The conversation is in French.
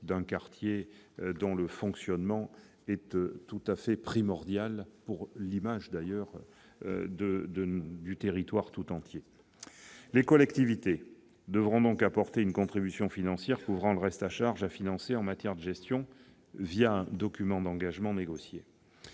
d'un quartier dont le fonctionnement est tout à fait primordial pour l'image, d'ailleurs, du territoire tout entier. Les collectivités devront donc apporter une contribution financière couvrant le reste à charge à financer en matière de gestion un document d'engagement négocié.